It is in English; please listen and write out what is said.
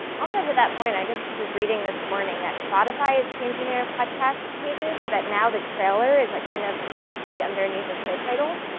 also to that point, i just was reading this morning that spotify is changing their podcast pages so that now the trailer is like kind of up right underneath the show title.